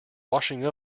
washing